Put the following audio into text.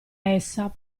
essa